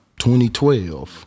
2012